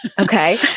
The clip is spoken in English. Okay